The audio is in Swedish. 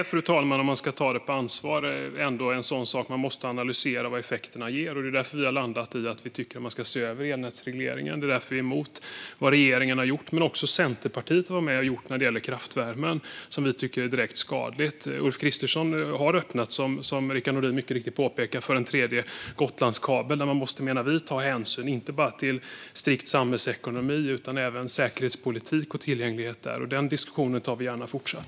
Fru talman! Om man ska tala om ansvar är detta ändå en sak där man måste analysera vad effekterna blir. Det är därför vi har landat i att vi tycker att man ska se över elnätsregleringen. Det är därför vi är emot vad regeringen, men också Centerpartiet, har varit med och gjort när det gäller kraftvärmen, som vi tycker är direkt skadligt. Ulf Kristersson har, som Rickard Nordin mycket riktigt påpekar, öppnat för en tredje Gotlandskabel. Man måste, menar vi, ta hänsyn inte bara till strikt samhällsekonomi utan även till säkerhetspolitik och tillgänglighet. Den diskussionen tar vi gärna även fortsatt.